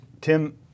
Tim